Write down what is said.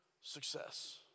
success